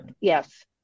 Yes